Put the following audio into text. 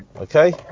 okay